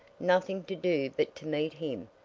nothing to do but to meet him,